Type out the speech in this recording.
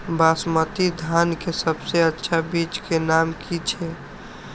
बासमती धान के सबसे अच्छा बीज के नाम की छे?